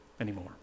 anymore